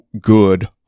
good